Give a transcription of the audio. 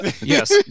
Yes